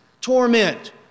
torment